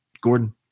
Gordon